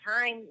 time